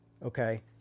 Okay